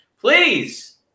Please